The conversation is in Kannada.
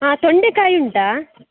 ಹಾಂ ತೊಂಡೆಕಾಯಿ ಉಂಟಾ